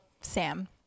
sam